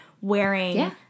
wearing